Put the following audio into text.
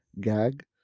gag